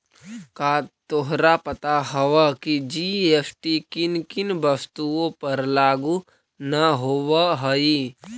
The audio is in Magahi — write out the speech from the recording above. का तोहरा पता हवअ की जी.एस.टी किन किन वस्तुओं पर लागू न होवअ हई